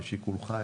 לשיקולך,